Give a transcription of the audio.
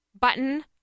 button